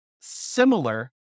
similar